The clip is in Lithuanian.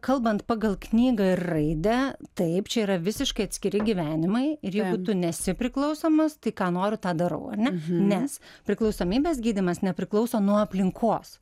kalbant pagal knygą ir raidę taip čia yra visiškai atskiri gyvenimai ir jeigu tu nesi priklausomas tai ką noriu tą darau ar ne nes priklausomybės gydymas nepriklauso nuo aplinkos